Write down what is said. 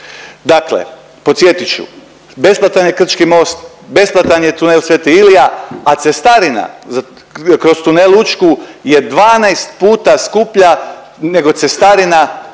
Dakle podsjetit ću, besplatan je Krčki most, besplatan je tunel Sv. Ilija, a cestarina kroz tunel Učku je 12 puta skuplja nego cestarina